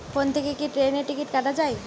Phone থেকে কি ট্রেনের টিকিট কাটা য়ায়?